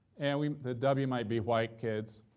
and we the w might be white kids,